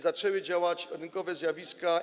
Zaczęły działać rynkowe zjawiska.